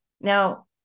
now